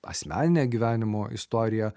asmeninę gyvenimo istoriją